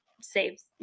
saves